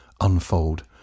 unfold